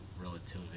relativity